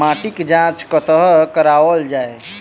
माटिक जाँच कतह कराओल जाए?